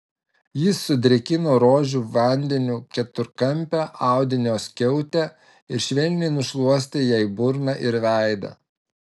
jis sudrėkino rožių vandeniu keturkampę audinio skiautę ir švelniai nušluostė jai burną ir veidą